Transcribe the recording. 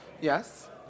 Yes